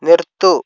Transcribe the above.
നിർത്തൂ